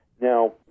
Now